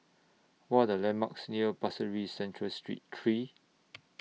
What The landmarks near Pasir Ris Central Street three